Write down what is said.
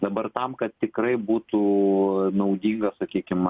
dabar tam kad tikrai būtų naudinga sakykime